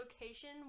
location